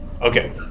Okay